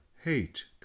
hate